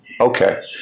okay